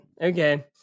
Okay